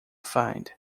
find